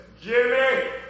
Jimmy